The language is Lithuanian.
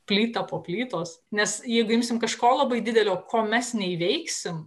plyta po plytos nes jeigu imsim kažko labai didelio ko mes neįveiksim